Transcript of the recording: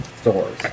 stores